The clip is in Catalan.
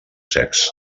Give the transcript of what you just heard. secs